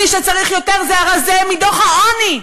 מי שצריך יותר זה הרזה מדוח העוני,